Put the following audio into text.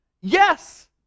yes